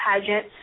pageant